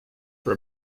for